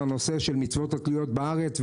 הנושא של מצוות התלויות בארץ,